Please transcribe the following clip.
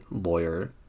lawyer